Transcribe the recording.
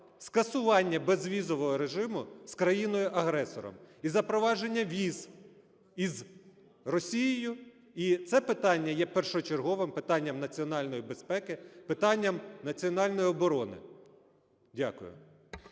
скасування безвізового режиму з країною-агресором і запровадження віз із Росією. І це питання є першочерговим питанням національної безпеки, питанням національної оборони. Дякую.